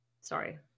Sorry